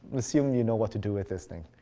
assume you know what to do with this thing.